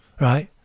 Right